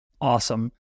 Awesome